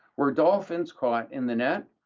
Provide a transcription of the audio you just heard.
were dolphins caught in the net,